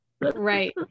Right